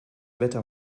wetter